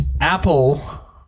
Apple